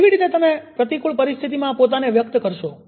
કેવી રીતે તમે પ્રતિકુળ પરિસ્થિતિમાં પોતાને વ્યક્ત કરશો